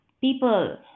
people